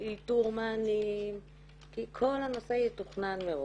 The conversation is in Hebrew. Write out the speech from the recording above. של איתור מענים כי כל הנושא יתוכנן מראש.